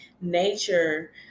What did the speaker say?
nature